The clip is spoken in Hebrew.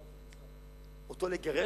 אותו לגרש,